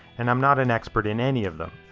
and i'm not an expert in any of them.